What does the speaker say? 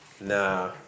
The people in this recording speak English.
Nah